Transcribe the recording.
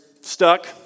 stuck